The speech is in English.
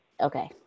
Okay